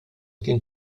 kien